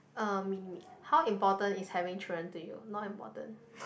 um how important is having children to you not important